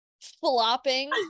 flopping